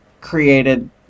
created